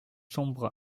sombre